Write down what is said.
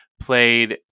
played